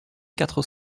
quatre